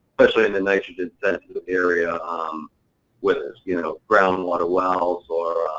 especially in the nitrogen sensitive area um where there's you know groundwater wells or